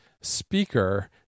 speaker